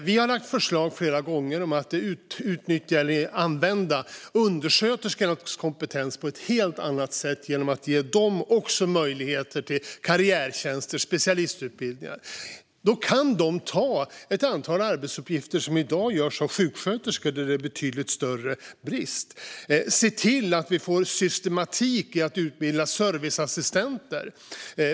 Vi har flera gånger lagt fram förslag om att använda undersköterskornas kompetens på ett helt annat sätt genom att ge även dem möjlighet till karriärtjänster och specialistutbildningar. Då kan de ta över ett antal arbetsuppgifter som i dag utförs av sjuksköterskor, som det är betydligt större brist på. Vi måste se till att vi får en systematik när det gäller att utbilda serviceassistenter.